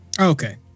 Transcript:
Okay